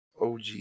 OG